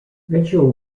ritual